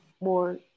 more